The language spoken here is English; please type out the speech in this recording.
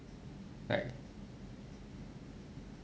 like